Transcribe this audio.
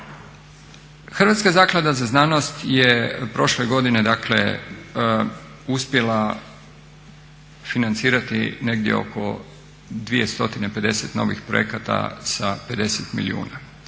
Hrvatska zaklada za znanost je prošle godine dakle uspjela financirati negdje oko 250 novih projekata sa 50 milijuna